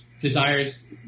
desires